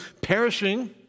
perishing